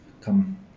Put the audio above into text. come